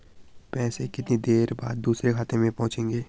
पैसे कितनी देर बाद दूसरे खाते में पहुंचेंगे?